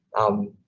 um,